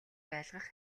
байлгах